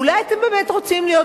או אולי אתם באמת רוצים להיות,